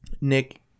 Nick